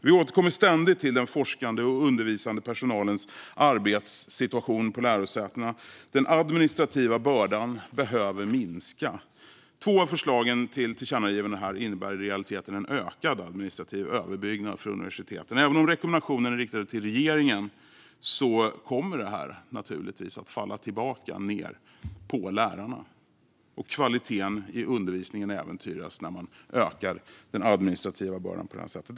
Vi återkommer ständigt till den forskande och undervisande personalens arbetssituation på lärosätena. Den administrativa bördan behöver minska. Två av förslagen till tillkännagivanden innebär i realiteten en ökad administrativ överbyggnad för universiteten. Även om rekommendationen är riktad till regeringen kommer detta naturligtvis att falla ned på lärarna, och kvaliteten i undervisningen äventyras när man ökar den administrativa bördan på det här sättet.